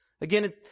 Again